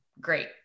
great